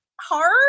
hard